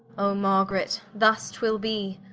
o margaret, thus twill be,